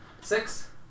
Six